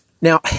Now